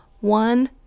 one